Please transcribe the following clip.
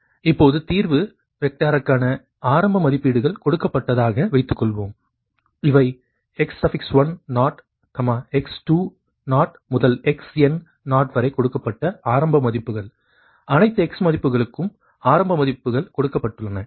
xn இப்போது தீர்வு வெக்டருக்கான ஆரம்ப மதிப்பீடுகள் கொடுக்கப்பட்டதாக வைத்துக்கொள்வோம் இவை x10 x20 முதல் xn0 வரை கொடுக்கப்பட்ட ஆரம்ப மதிப்புகள் அனைத்து x மதிப்புகளுக்கும் ஆரம்ப மதிப்புகள் கொடுக்கப்பட்டுள்ளன